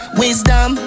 wisdom